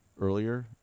earlier